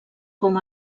com